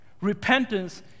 Repentance